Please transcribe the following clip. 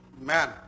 man